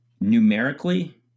numerically